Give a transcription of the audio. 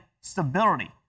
stability